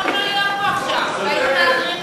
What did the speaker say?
יכולנו לא להיות פה עכשיו אם הייתם מעבירים